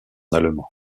allemand